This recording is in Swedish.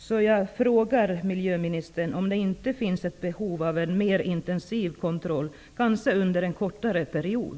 Finns det inte, miljöministern, behov av en mer intensiv kontroll, kanske under en kortare period?